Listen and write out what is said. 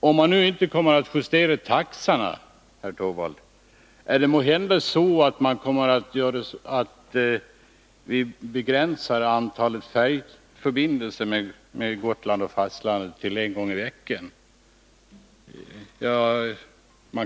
Om nu inte taxorna kommer att justeras, herr Torwald, skall måhända antalet färjeförbindelser mellan Gotland och fastlandet begränsas till en i veckan?